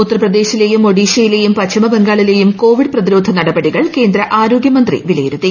ഉത്തർപ്രദേശിലെയും ഒഡീഷയിലെയും പശ്ചിമബംഗാളിലെയും കോവിഡ് പ്രതിരോധ നടപടികൾ കേന്ദ്ര ആരോഗ്യമന്ത്രി വിലയിരുത്തി